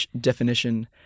definition